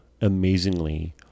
amazingly